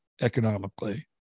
Economically